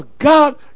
God